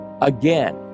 again